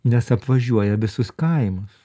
nes apvažiuoja visus kaimus